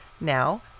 now